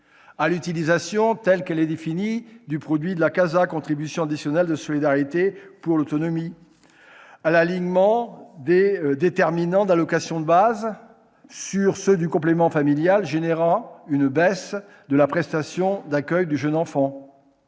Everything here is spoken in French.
à l'utilisation telle qu'elle est définie du produit de la CASA, la contribution additionnelle de solidarité pour l'autonomie, ou à l'alignement des déterminants de l'allocation de base sur ceux du complément familial qui entraîne une baisse de la prestation d'accueil du jeune enfant.